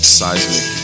seismic